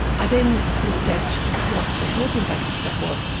i then looked at what the health impacts of that was.